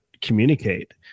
communicate